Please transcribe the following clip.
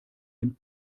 dem